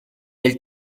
elle